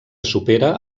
supera